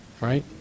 right